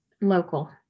local